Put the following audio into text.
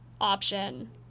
option